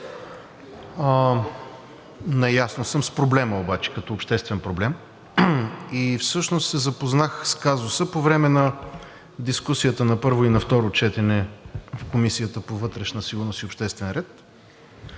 Наясно съм с проблема обаче като обществен проблем и всъщност се запознах с казуса по време на дискусията на първо и на второ четене в Комисията по вътрешна сигурност и обществен ред